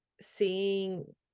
seeing